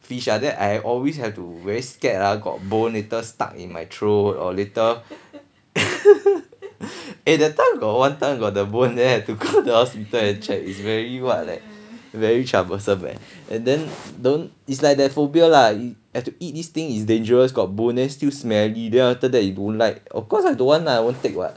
fish ah then I always have to very scared lah got bone later stuck in my throat or later eh that time got one time got the bone then I have to go to hospital to check is very what leh very troublesome eh and then don't it's like the phobia lah you have to eat this thing is dangerous got bone then still smelly then after that you don't like of course I don't want lah I won't take [what]